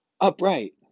upright